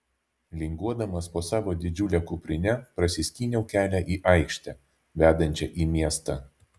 linguodamas po savo didžiule kuprine prasiskyniau kelią į aikštę vedančią į miestą